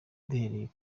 duhereye